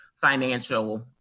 financial